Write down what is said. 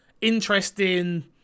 interesting